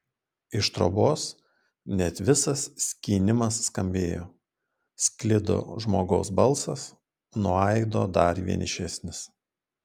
iš trobos net visas skynimas skambėjo sklido žmogaus balsas nuo aido dar vienišesnis